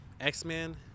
x-men